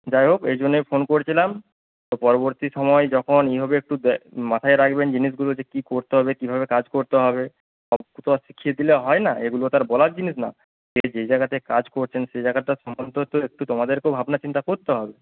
যাই হোক এই জন্যই ফোন করেছিলাম তো পরবর্তী সময়ে যখন ইয়ে হবে একটু মাথায় রাখবেন জিনিসগুলো যে কী করতে হবে কীভাবে কাজ করতে হবে সব তো আর শিখিয়ে দিলে হয় না এগুলো তো আর বলার জিনিস না যে যে জায়গাতে কাজ করছেন সে জায়গাটার সম্মানটাও তো একটু তোমাদেরকেও ভাবনাচিন্তা করতে হবে